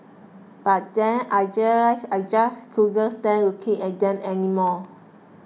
but then I realised I just couldn't stand looking at them anymore